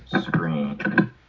screen